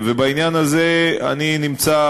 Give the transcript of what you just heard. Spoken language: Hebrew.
בעניין הזה אני נמצא,